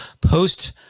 post